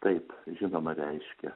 taip žinoma reiškia